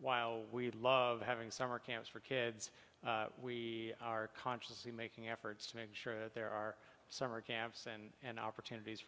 while we love having summer camps for kids we are consciously making efforts to make sure that there are summer camps and opportunities